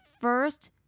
first